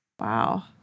Wow